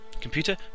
Computer